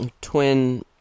twin